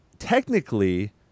Technically